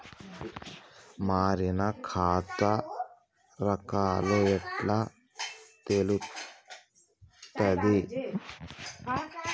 మారిన ఖాతా రకాలు ఎట్లా తెలుత్తది?